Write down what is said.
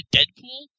Deadpool